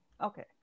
Okay